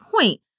point